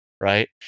right